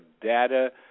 data